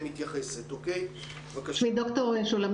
אני מודה מאוד לחברי הכנסת גם לחברת הכנסת אורלי